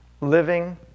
living